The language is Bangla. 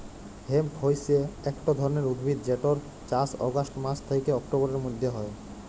হেম্প হইসে একট ধরণের উদ্ভিদ যেটর চাস অগাস্ট মাস থ্যাকে অক্টোবরের মধ্য হয়